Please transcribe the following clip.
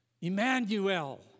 Emmanuel